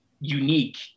unique